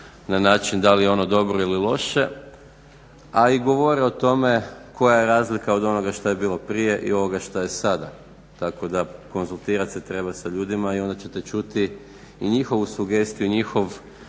na način da li je ono dobro ili loše. A i govore o tome koja je razlika od onoga što je bilo prije i ovoga što je sada, tako da konzultirat se treba sa ljudima i onda ćete čuti i njihovu sugestiju i njihov